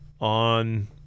on